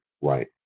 Right